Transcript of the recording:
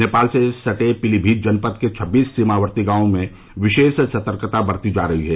नेपाल से सटे पीलीमीत जनपद के छब्बीस सीमावर्ती गांवों में विशेष सतर्कता बरती जा रही है